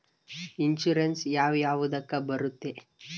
Insurance ಯಾವ ಯಾವುದಕ್ಕ ಬರುತ್ತೆ?